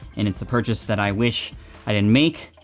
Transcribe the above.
and it's a purchase that i wish i didn't make,